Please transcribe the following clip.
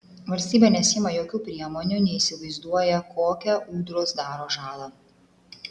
valstybė nesiima jokių priemonių neįsivaizduoja kokią ūdros daro žalą